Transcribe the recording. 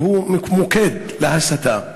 והוא מוקד להסתה.